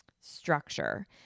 structure